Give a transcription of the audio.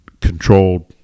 controlled